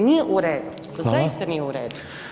Nije u redu [[Upadica: Hvala]] To zaista nije u redu.